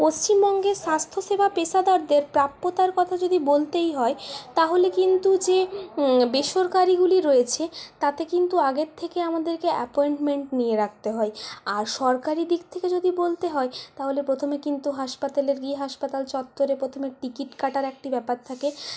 পশ্চিমবঙ্গের স্বাস্থ্যসেবা পেশাদারদের প্রাপ্যতার কথা যদি বলতেই হয় তাহলে কিন্তু যে বেসরকারিগুলি রয়েছে তাতে কিন্তু আগের থেকে আমাদেরকে অ্যাপয়েনমেন্ট নিয়ে রাখতে হয় আর সরকারি দিক থেকে যদি বলতে হয় তাহলে প্রথমে কিন্তু হাসপাতালে গিয়ে হাসপাতাল চত্বরে প্রথমে টিকিট কাটার একটি ব্যাপার থাকে